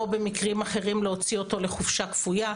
או במקרים אחרים להוציא אותו לחופשה כפויה,